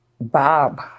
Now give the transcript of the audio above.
Bob